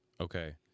okay